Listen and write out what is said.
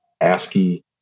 ASCII